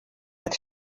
als